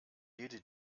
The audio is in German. jede